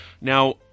Now